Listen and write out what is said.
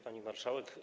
Pani Marszałek!